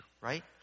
right